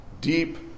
deep